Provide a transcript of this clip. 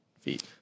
feet